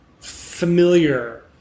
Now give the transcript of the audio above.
familiar